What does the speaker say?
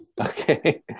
Okay